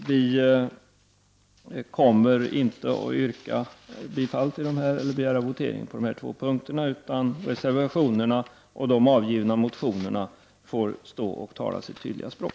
Vi kommer inte att begära votering på dessa två punkter, utan reservationerna och de väckta motionerna får tala sitt tydliga språk.